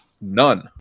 none